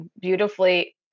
beautifully